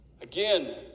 Again